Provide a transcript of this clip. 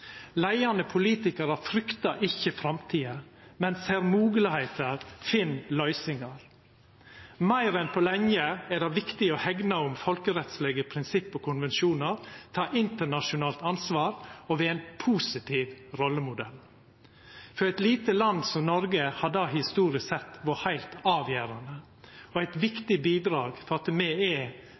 Leiande politikarar fryktar ikkje framtida, men ser moglegheiter og finn løysingar. Meir enn på lenge er det viktig å hegna om folkerettslege prinsipp og konvensjonar, ta internasjonalt ansvar og vera ein positiv rollemodell. For eit lite land som Noreg har det historisk sett vore heilt avgjerande og eit viktig bidrag for at me er